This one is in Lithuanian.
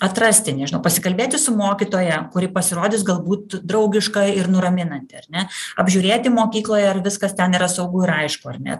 atrasti nežinau pasikalbėti su mokytoja kuri pasirodys galbūt draugiška ir nuraminanti ar ne apžiūrėti mokykloje ar viskas ten yra saugu ir aišku ar ne